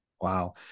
Wow